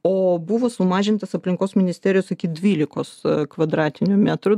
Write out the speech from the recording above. o buvo sumažintas aplinkos ministerijos iki dvylikos kvadratinių metrų